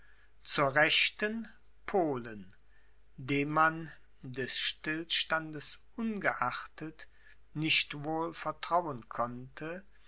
zur rechten polen dem man des stillstandes ungeachtet nicht wohl vertrauen konnte